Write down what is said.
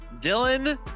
dylan